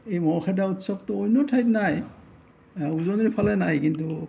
এই মহ খেদা উৎসৱটো অন্য ঠাইত নাই উজনিৰ ফালে নাই কিন্তু